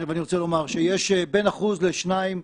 אני רוצה לומר שיש בין 1% ל-2%